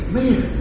Man